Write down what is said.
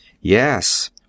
Yes